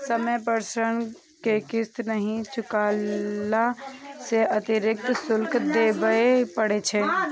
समय पर ऋण के किस्त नहि चुकेला सं अतिरिक्त शुल्क देबय पड़ै छै